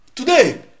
Today